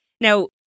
Now